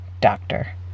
Doctor